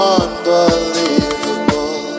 unbelievable